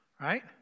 right